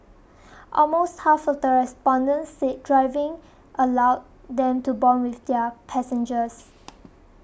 almost half of the respondents said driving allowed them to bond with their passengers